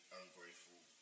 ungrateful